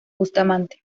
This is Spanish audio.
bustamante